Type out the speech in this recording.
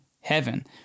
heaven